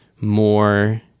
more